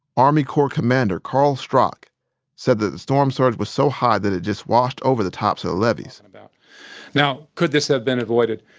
army corps commander carl strock said that the storm surge was so high that it just washed over the tops of the levees now, could this have been avoided?